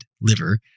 liver